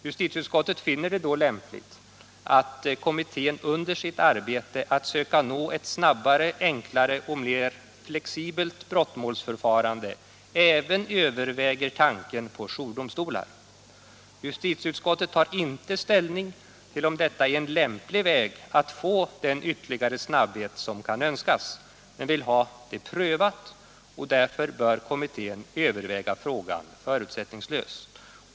Justitieutskottet finner då lämpligt att kommittén under sitt arbete med att söka nå ett snabbare, enklare och mer flexibelt brottmålsförfarande även överväger tanken på jourdomstolar. Justitieutskottet tar inte ställning till om detta är en lämplig väg att uppnå den vtterligare snabbhet som kan önskas. men utskottet vill ha detta prövat. Därför bör kommittén överväga frågan förutsättningslöst.